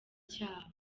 icyaha